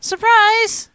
Surprise